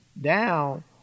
down